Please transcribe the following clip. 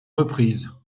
reprise